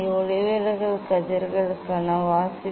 ஒளிவிலகல் கதிர்களுக்கான வாசிப்பு